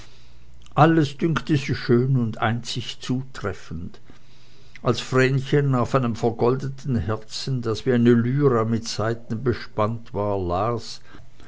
alles dünkte sie schön und einzig zutreffend als vrenchen auf einem vergoldeten herzen das wie eine lyra mit saiten bespannt war las